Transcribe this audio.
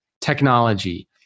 technology